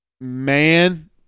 Man